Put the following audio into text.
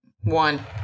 One